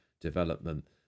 development